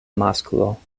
masklo